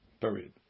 Period